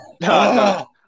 no